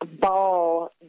ball